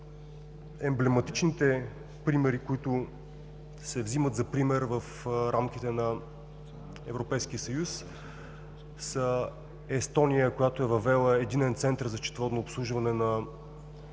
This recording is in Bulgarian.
Емблематичните примери, които се взимат за пример в рамките на Европейския съюз, са Естония, която е въвела Единен център за счетоводно обслужване на